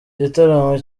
gitaramo